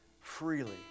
freely